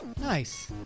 Nice